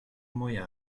мой